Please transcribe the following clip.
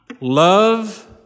Love